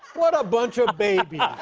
what a bunch of babies.